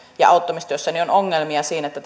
ongelmia siinä että